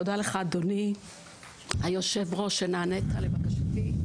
תודה לך אדוני היושב-ראש שנענית לבקשתי.